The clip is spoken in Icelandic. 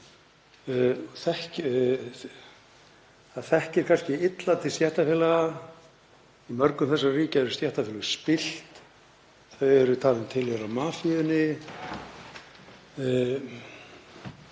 Það þekkir kannski illa til stéttarfélaga. Í mörgum þessara ríkja eru stéttarfélög spillt, þau eru talin tilheyra mafíunni